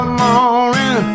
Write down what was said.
morning